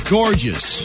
gorgeous